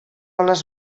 les